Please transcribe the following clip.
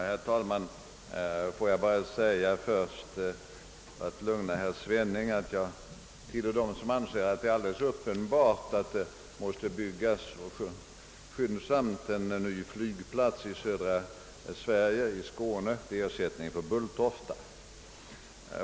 Herr talman! Får jag först framhålla, för att lugna herr Svenning, att jag finner det alldeles uppenbart att det måste byggas en ny flygplats i södra Sverige, i Skåne, som ersättning för Bulltofta.